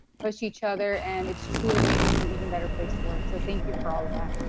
push each other and it's truly made this an even better place to work. so thank you for all of that.